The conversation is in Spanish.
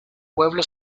pueblo